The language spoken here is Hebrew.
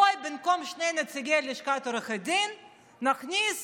בואו במקום שני נציגי לשכת עורכי הדין נכניס